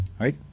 right